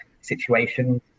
situation